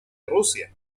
rusia